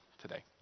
today